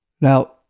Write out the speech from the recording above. Now